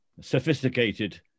sophisticated